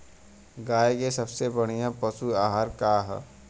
गाय के सबसे बढ़िया पशु आहार का ह?